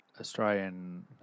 Australian